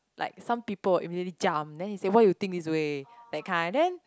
like some people will immediately jump then he say why you think this way that kind then